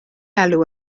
elw